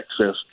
access